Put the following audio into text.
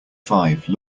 five